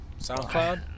SoundCloud